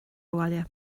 abhaile